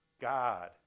God